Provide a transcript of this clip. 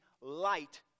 light